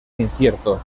incierto